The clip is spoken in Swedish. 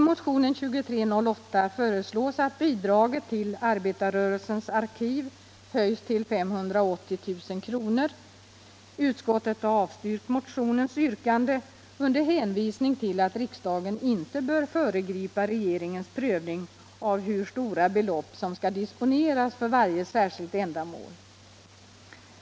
I motionen 2308 föreslås att bidraget till arbetarrörelsens arkiv höjs till 580 000 kr. Utskottet har avstyrkt motionens yrkande under hänvisning till att riksdagen inte bör föregripa regeringens prövning av hur stora belopp som skall disponeras för varje särskilt ändamål.